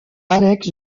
alex